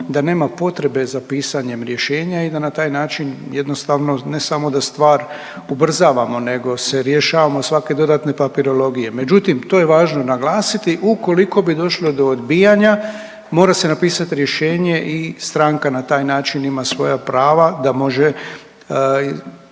da nema potrebe za pisanjem rješenja i da na taj način jednostavno, ne samo da stvar ubrzavamo nego se rješavamo svake dodatne papirologije. Međutim, to je važno naglasiti ukoliko bi došlo do odbijanja mora se napisati rješenje i stranka na taj način ima svoja prava da može